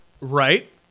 Right